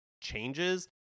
changes